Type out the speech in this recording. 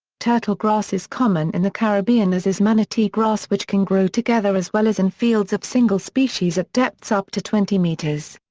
turtle grass is common in the caribbean as is manatee grass which can grow together as well as in fields of single species at depths up to twenty metres.